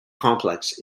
complex